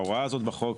ההוראה הזאת בחוק,